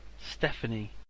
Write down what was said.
Stephanie